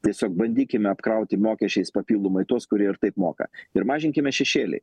tiesiog bandykime apkrauti mokesčiais papildomai tuos kurie ir taip moka ir mažinkime šešėlį